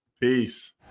Peace